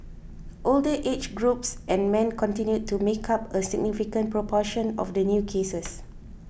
older age groups and men continued to make up a significant proportion of the new cases